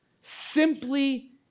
simply